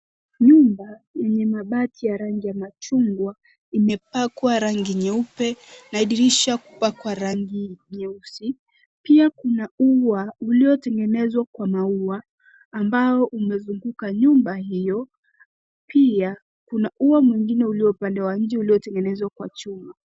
Nyumba yenye mabati ya rangi ya machungwa imepakwa rangi nyeupe na dirisha kupakwa rangi nyeusi. Pia kuna ua uliotengenezwa kwa maua ambao umezunguka nyumba hio. Pia kuna ua mwingine ulio upande wa nje uliotengenezwa kwa chuma.